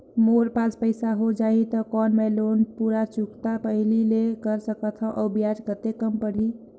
मोर पास पईसा हो जाही त कौन मैं लोन पूरा चुकता पहली ले कर सकथव अउ ब्याज कतेक कम पड़ही?